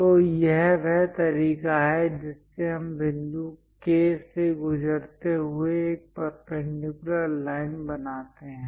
तो यह वह तरीका है जिससे हम बिंदु K से गुजरते हुए एक परपेंडिकुलर लाइन बनाते हैं